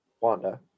Wanda